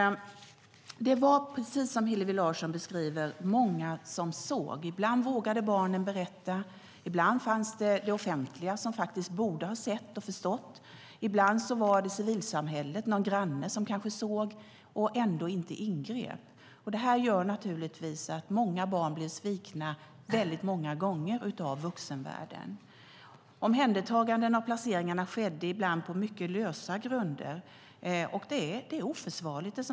Det var, precis som Hillevi Larsson beskriver, många som såg. Ibland vågade barnen berätta. Ibland borde det offentliga ha sett och förstått. Ibland var det civilsamhället - en granne - som såg och ändå inte ingrep. Det här gör naturligtvis att många barn blir svikna många gånger av vuxenvärlden. Omhändertagandena och placeringarna skedde ibland på mycket lösa grunder. Det som har hänt är oförsvarligt.